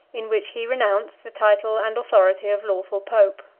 in which he renounced the title and authority of lawful pope.